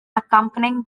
accompanying